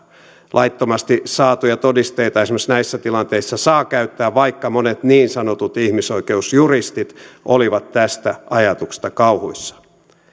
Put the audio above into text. laittomasti saatuja todisteita esimerkiksi näissä tilanteissa saa käyttää vaikka monet niin sanotut ihmisoikeusjuristit olivat tästä ajatuksesta kauhuissaan